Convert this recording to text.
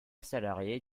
salariée